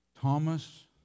Thomas